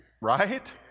Right